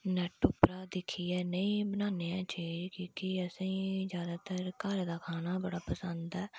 net उपरा दिक्खियै नेई बनान्ने आं चीज की के असेंगी ज्यादातर घरै दा खाना बड़ा पसंद ऐ